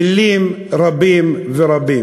מילים רבות רבות.